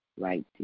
right